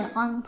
on